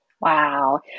Wow